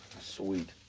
Sweet